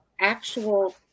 actual